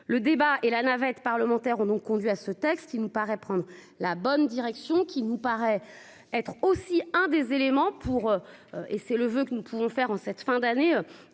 le débat et la navette parlementaire ont donc conduit à ce texte qui ne paraît prendre la bonne direction qui nous paraît être aussi un des éléments pour. Et c'est le voeu que nous pouvons faire en cette fin d'année